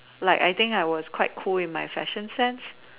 like I think I was quite cool in my fashion sense